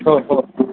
हो हो हो